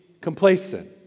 complacent